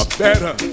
better